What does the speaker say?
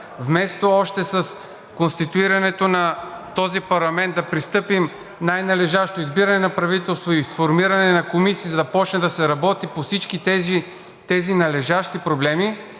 Вместо още с конституирането на този парламент да пристъпим към най-належащото – избиране на правителство и сформиране на комисии, за да започне да се работи по всички тези належащи проблеми,